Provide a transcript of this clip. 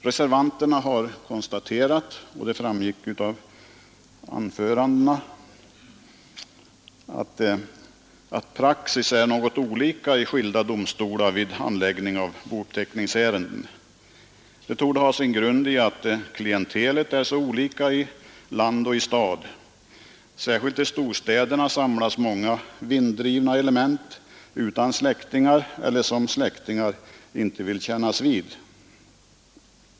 Reservanterna har konstaterat — och detta har också framgått av de tidigare anförandena — att praxis vid handläggningen av bouppteckningsärenden är något olika i skilda domstolar. Det torde ha sin grund i att klintelet är mycket olika på land och i stad. Särskilt i storstäderna samlas vinddrivna element utan släktingar eller som släktingar inte vill kännas vid.